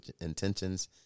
intentions